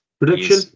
Prediction